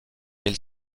ils